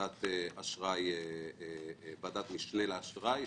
היא ועדת משנה לאשראי.